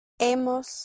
hemos